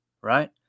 right